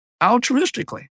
altruistically